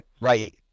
Right